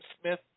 Smith